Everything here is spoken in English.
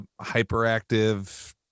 hyperactive